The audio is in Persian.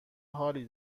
حالی